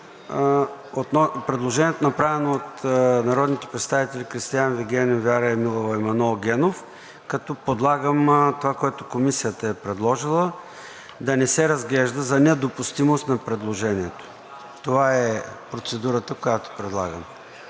предложението, направено от народните представители Кристиан Вигенин, Вяра Емилова и Манол Генов, като подлагам това, което Комисията е предложила да не се разглежда за недопустимост на предложението. Това е процедурата, която предлагаме